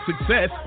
Success